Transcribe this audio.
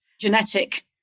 genetic